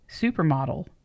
supermodel